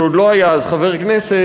שעוד לא היה אז חבר כנסת,